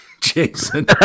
Jason